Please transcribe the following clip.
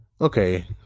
okay